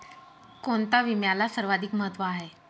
कोणता विम्याला सर्वाधिक महत्व आहे?